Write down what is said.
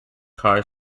car